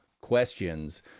questions